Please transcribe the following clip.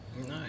Nice